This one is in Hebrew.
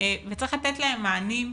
וצריך לתת להם מענים.